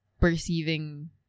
perceiving